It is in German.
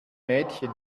mädchen